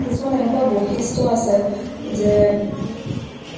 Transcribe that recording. কিছুমান এনেকুৱা বৈশিষ্ট আছে যে